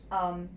um